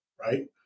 right